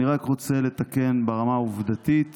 אני רק רוצה לתקן ברמה העובדתית